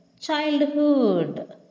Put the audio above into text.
childhood